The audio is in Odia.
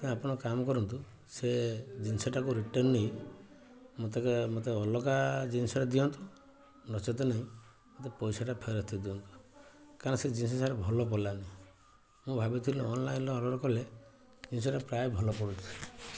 ଆପଣ କାମ କରନ୍ତୁ ସେ ଜିନିଷଟାକୁ ରିଟର୍ଣ୍ଣ ନେଇ ମୋତେ ଅଲଗା ଜିନିଷ ଦିଅନ୍ତୁ ନଚେତ୍ ନାହିଁ ମୋତେ ପଇସାଟା ଫେରସ୍ତ ଦିଅନ୍ତୁ କାରଣ ସେ ଜିନିଷ ସାର୍ ଭଲ ପଡ଼ିଲାନି ମୁଁ ଭାବିଥିଲି ଅନଲାଇନ୍ର ଅର୍ଡ଼ର କଲେ ଜିନିଷଟା ପ୍ରାୟ ଭଲ ପଡ଼ୁଛି